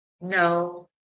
No